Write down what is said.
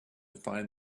find